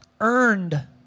earned